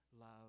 love